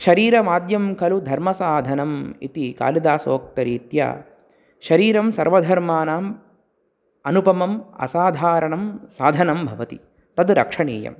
शरीरमाद्यं खलु धर्मसाधनम् इति कालिदासोक्तरीत्या शरीरं सर्वधर्मानाम् अनुपमम् असाधारणं साधनं भवति तद् रक्षणीयम्